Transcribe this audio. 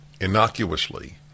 innocuously